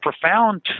profound